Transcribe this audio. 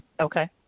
Okay